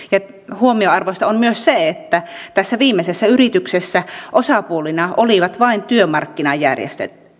huomionarvoista on myös se että tässä viimeisessä yrityksessä osapuolina olivat vain työmarkkinajärjestöt